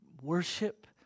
worship